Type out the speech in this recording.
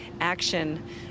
action